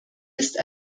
ist